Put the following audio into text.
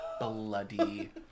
bloody